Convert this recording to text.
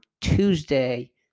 Tuesday